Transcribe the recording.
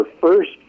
first